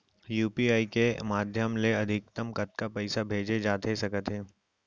UPI के माधयम ले अधिकतम कतका पइसा भेजे जाथे सकत हे?